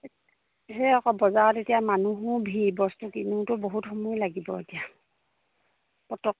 সেয়ে আকৌ বজাৰত এতিয়া মানুহো ভিৰ বস্তু কিনোতেও বহুত সময় লাগিব এতিয়া পতককৈ